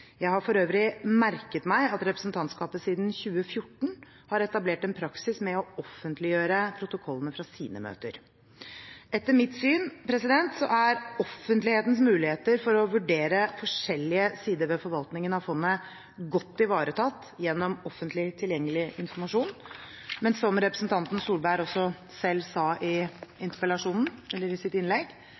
Jeg har for øvrig merket meg at representantskapet siden 2014 har etablert en praksis med å offentliggjøre protokollene fra sine møter. Etter mitt syn er offentlighetens muligheter for å vurdere forskjellige sider ved forvaltningen av fondet godt ivaretatt gjennom offentlig tilgjengelig informasjon, men som representanten Tvedt Solberg også selv sa i sitt innlegg,